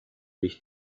dich